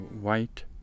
white